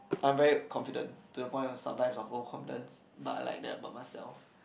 I'm very confident to the point of sometimes of overconfidence but I like that about myself